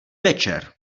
večer